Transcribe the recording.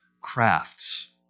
crafts